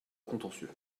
contentieux